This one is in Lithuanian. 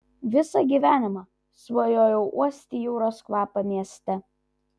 visą gyvenimą svajojau uosti jūros kvapą mieste